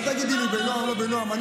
אל תגידי לי בנועם, לא בנועם.